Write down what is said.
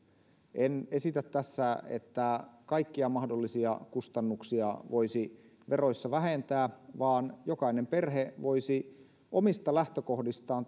en esitä tässä että kaikkia mahdollisia kustannuksia voisi veroista vähentää vaan jokainen perhe voisi omista lähtökohdistaan